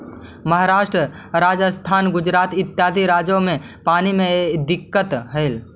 महाराष्ट्र, राजस्थान, गुजरात इत्यादि राज्य में पानी के दिक्कत हई